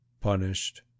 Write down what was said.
punished